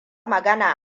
magana